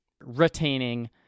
retaining